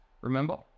Remember